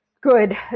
good